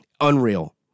Unreal